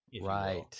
Right